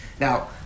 Now